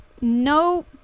No